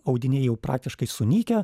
audiniai jau praktiškai sunykę